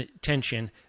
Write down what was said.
tension